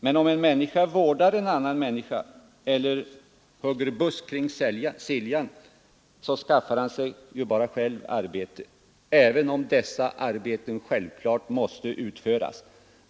Men om en människa vårdar en annan människa eller hugger busk kring Siljan så skaffar hon ju bara sig själv arbete, även om dessa arbeten självfallet måste utföras.